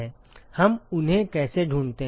हम उन्हें कैसे ढूंढते हैं